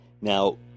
Now